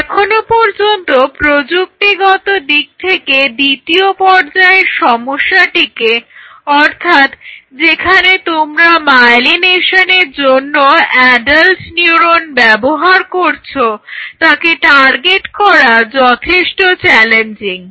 এখনো পর্যন্ত প্রযুক্তিগত দিক থেকে দ্বিতীয় পর্যায়ের সমস্যাটিকে অর্থাৎ যেখানে তোমরা মায়েলিনেশনের জন্য অ্যাডাল্ট নিউরন ব্যবহার করছ তাকে টার্গেট করা যথেষ্ট চ্যালেঞ্জিং